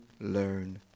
learn